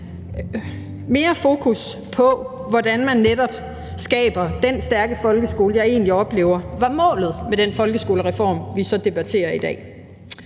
mere fokus på, netop hvordan man skaber den stærke folkeskole, jeg egentlig oplever var målet med den folkeskolereform, vi så debatterer i dag.